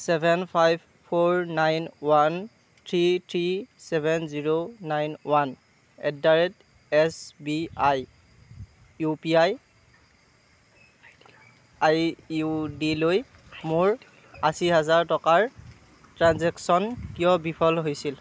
seven five four nine one three three seven zero nine one at the rate S B I U P I I U ডিলৈ মোৰ আশী হাজাৰ টকাৰ transaction কিয় বিফল হৈছিল